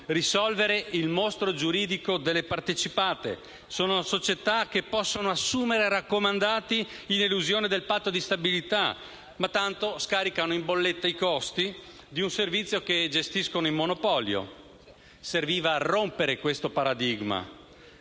risolvere il mostro giuridico delle partecipate. Queste sono società che possono assumere raccomandati in elusione del Patto di stabilità. Ma tanto scaricano in bolletta i costi di un servizio che gestiscono in monopolio. Serviva rompere questo paradigma